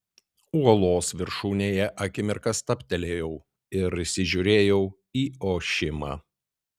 uolos viršūnėje akimirką stabtelėjau ir įsižiūrėjau į ošimą